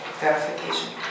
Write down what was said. verification